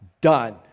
done